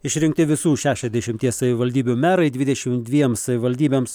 išrinkti visų šešiasdešimties savivaldybių merai dvidešimt dviem savivaldybėms